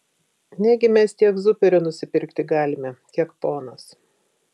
negi mes tiek zuperio nusipirkti galime kiek ponas